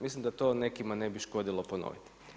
Mislim da to nekima ne bi škodilo ponoviti.